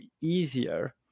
easier